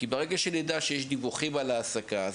כי ברגע שנדע שיש דיווחים על ההעסקה,